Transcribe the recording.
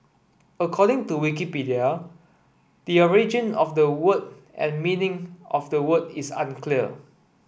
according to Wikipedia the origin of the word and meaning of the word is unclear